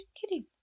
kidding